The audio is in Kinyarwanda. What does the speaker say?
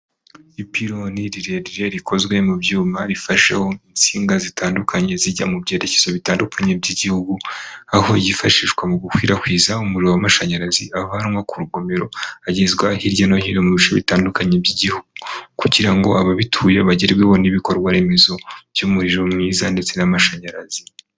Ipironi rirerire rikozwe mu byuma rifashe mu insinga zitandukanye, zijya mu byerekezo bitandukanye by'igihugu, aho yifashishwa mu gukwirakwiza umuriro w'amashanyarazi, avanwa ku rugomero agezwa hirya no hino mu bice bitandukanye by'igihugu, kugira ngo ababituye bagerweho n'ibikorwa remezo by'umuriro mwiza ndetse n'amashanyarazi.